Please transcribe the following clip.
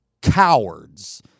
cowards